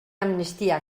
amnistia